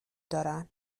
دارن